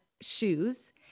shoes